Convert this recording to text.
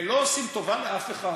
ולא עושים טובה לאף אחד.